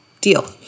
Deal